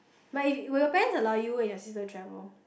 but will your parents allow you and your sister to travel